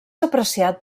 apreciat